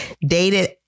dated